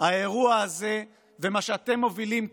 האירוע הזה ומה שאתם מובילים כאן,